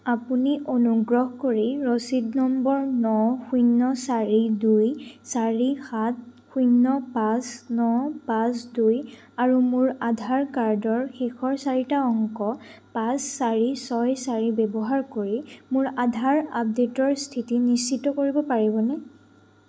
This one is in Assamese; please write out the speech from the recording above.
আপুনি অনুগ্ৰহ কৰি ৰচিদ নম্বৰ ন শূন্য চাৰি দুই চাৰি সাত শূন্য পাঁচ ন পাঁচ দুই আৰু মোৰ আধাৰ কাৰ্ডৰ শেষৰ চাৰিটা অংক পাঁচ চাৰি ছয় চাৰি ব্যৱহাৰ কৰি মোৰ আধাৰ আপডে'টৰ স্থিতি নিশ্চিত কৰিব পাৰিবনে